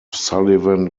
sullivan